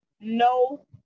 No